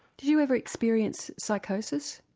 did you ever experience psychosis?